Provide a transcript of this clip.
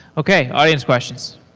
okay, audience questions.